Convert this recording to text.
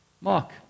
Mark